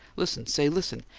listen. say, listen.